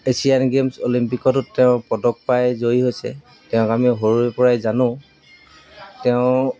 Asian Games অলিম্পিকতো তেওঁ পদক পাই জয়ী হৈছে তেওঁক আমি সৰুৰেপৰাই জানো তেওঁ